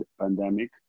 pandemic